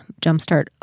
jumpstart